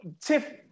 Tiff